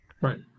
Right